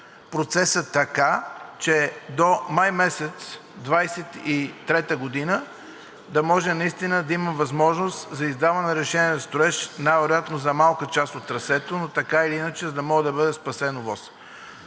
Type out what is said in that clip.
процесът така, че до месец май 2023 г. да може наистина да има възможност за издаване на разрешение за строеж най-вероятно за малка част от трасето, но така или иначе, за да може да бъде спасена